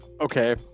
Okay